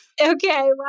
Okay